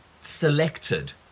selected